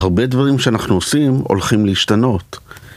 הרבה דברים שאנחנו עושים הולכים להשתנות.